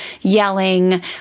yelling